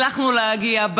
הצלחנו להגיע,